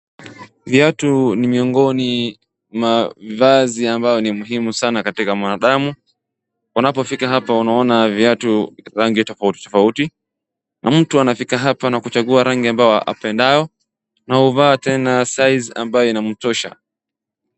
Viatu ni miongoni mwa vazi ambayo ni muhimu sana katika mwanadamu, unapofika hapa unaona viatu rangi tofauti tofauti na mtu anafika hapa na kuchagua rangi ambayo apendayo na huvaa tena size ambayo inamutosha.